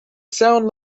sound